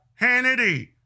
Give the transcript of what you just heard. Hannity